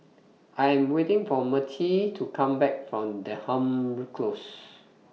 I Am waiting For Mertie to Come Back from Denham Close